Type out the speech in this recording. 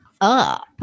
up